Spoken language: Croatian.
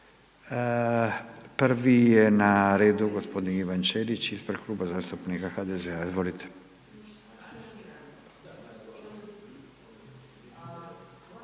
prvi je na redu g. Ivan Ćelić ispred Kluba zastupnika HDZ-a, izvolite.